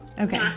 Okay